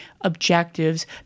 objectives